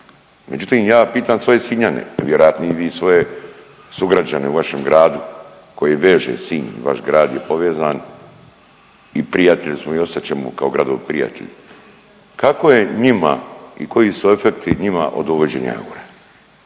međutim ja pitam svoje Sinjane vjerojatno i vi svoje sugrađane u vašem gradu koji veže Sinj i vaš grad je povezan i prijatelji smo i ostat ćemo kao gradovi prijatelji. Kako je njima i koji su efekti njima od uvođenja eura?